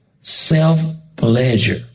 self-pleasure